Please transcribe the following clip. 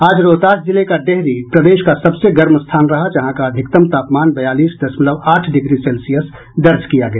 आज रोहतास जिले का डेहरी प्रदेश का सबसे गर्म स्थान रहा जहां का अधिकतम तापमान बयालीस दशमलव आठ डिग्री सेल्सियस दर्ज किया गया